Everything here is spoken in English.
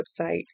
website